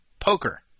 poker